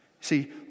See